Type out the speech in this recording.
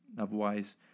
Otherwise